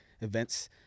events